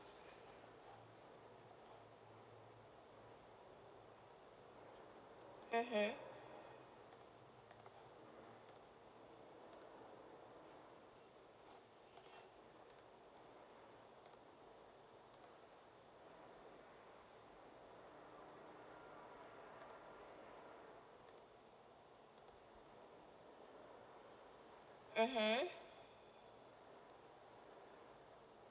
mmhmm mmhmm